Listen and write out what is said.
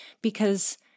because-